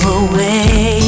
away